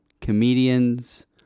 comedians